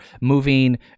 moving